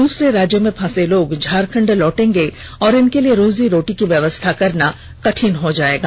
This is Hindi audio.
दूसरे राज्यों में फंसे लोग झारखण्ड लौटेंगे और इनके लिए रोजी रोटी की व्यवस्था करना कठिन हो जाएगा